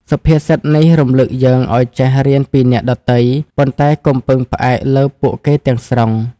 សុភាសិតនេះរំលឹកយើងឲ្យចេះរៀនពីអ្នកដទៃ ប៉ុន្តែកុំពឹងផ្អែកលើពួកគេទាំងស្រុង។